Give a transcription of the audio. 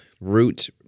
root